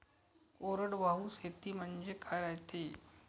कोरडवाहू शेती म्हनजे का रायते?